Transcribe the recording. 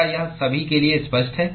क्या यह सभी के लिए स्पष्ट है